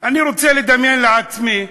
אני רוצה לדמיין לעצמי,